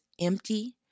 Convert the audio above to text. empty